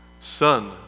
Son